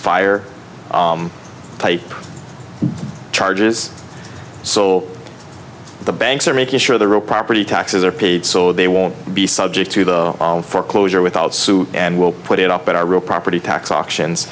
fire tape charges so the banks are making sure the real property taxes are paid so they won't be subject to the foreclosure without suit and we'll put it up at our real property tax auctions